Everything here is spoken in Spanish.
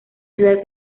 ciudad